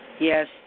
Yes